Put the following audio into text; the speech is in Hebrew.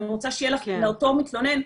אני רוצה שיהיה לאותו מתלונן,